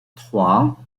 trois